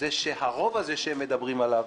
שהרוב הזה, שהם מדברים עליו,